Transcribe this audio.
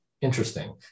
Interesting